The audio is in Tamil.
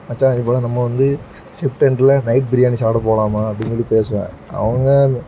மச்சான் இதுபோல் நம்ம வந்து ஷிஃப்ட் எண்டில் நைட் பிரியாணி சாப்பிட போகலாமா அப்படின்னு சொல்லி பேசுவேன் அவனுங்க